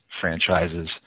franchises